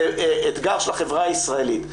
זה אתגר של החברה הישראלית,